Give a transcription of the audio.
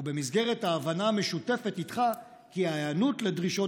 ובמסגרת ההבנה המשותפת איתך כי ההיענות לדרישות